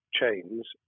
chains